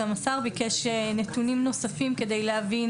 גם השר ביקש נתונים נוספים כדי להבין